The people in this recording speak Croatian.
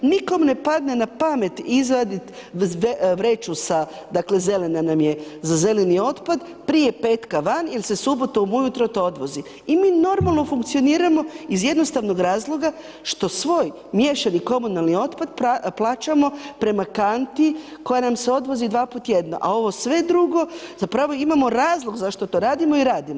Nikom ne padne na pamet izvadit vreću sa, dakle zelena nam je za zeleni otpad prije petka van jer se subotom ujutro to odvozi i mi normalno funkcioniramo iz jednostavnog razloga što svoj miješani komunalni otpad plaćamo prema kanti koja nam se odvozi 2x tjedno, a ovo sve drugo zapravo imao razlog zašto to radimo i radimo.